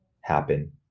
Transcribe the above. happen